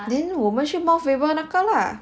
then 我们去 mount faber 那个 lah